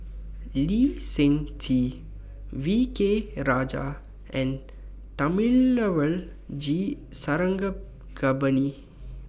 Lee Seng Tee V K Rajah and Thamizhavel G Sarangapani